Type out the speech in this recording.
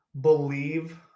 believe